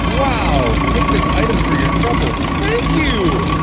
wow! take this item for your troubles. thank you!